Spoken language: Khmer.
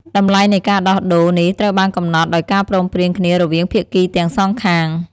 តម្លៃនៃការដោះដូរនេះត្រូវបានកំណត់ដោយការព្រមព្រៀងគ្នារវាងភាគីទាំងសងខាង។